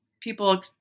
people